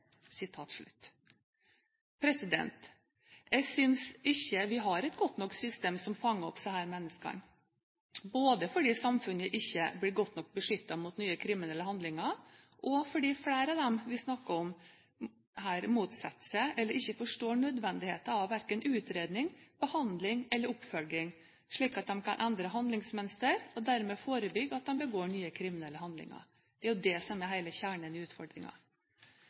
to stoler.» Jeg synes ikke vi har et godt nok system som fanger opp disse menneskene, både fordi samfunnet ikke blir godt nok beskyttet mot nye kriminelle handlinger, og fordi flere av dem vi snakker om her, motsetter seg eller ikke forstår nødvendigheten av verken utredning, behandling eller oppfølging, slik at de kan endre handlingsmønster, og dermed forebygge at de begår nye kriminelle handlinger. Det er jo det som er hele kjernen i